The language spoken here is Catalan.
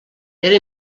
era